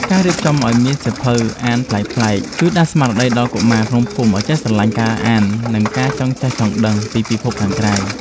ការរៀបចំឱ្យមានសៀវភៅអានប្លែកៗជួយដាស់ស្មារតីដល់កុមារក្នុងភូមិឱ្យចេះស្រឡាញ់ការអាន និងចង់ចេះចង់ដឹងពីពិភពខាងក្រៅ។